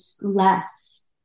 less